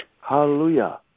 Hallelujah